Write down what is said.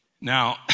Now